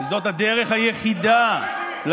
שזו הדרך היחידה, זיהה?